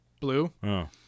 Blue